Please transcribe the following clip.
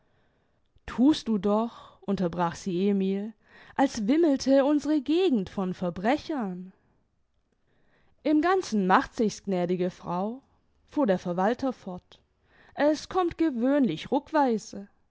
thust du doch unterbrach sie emil als wimmelte unsere gegend von verbrechern im ganzen macht sich's gnädige frau fuhr der verwalter fort es kommt gewöhnlich